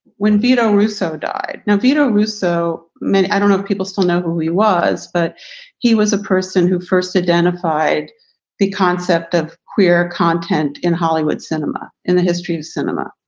when vito russo died. now, vito russo, man, i don't know if people still know who he was, but he was a person who first identified the concept of queer content in hollywood cinema in the history of cinema.